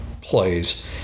plays